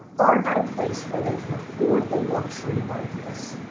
aren't at a place where they can afford the luxury of ideas.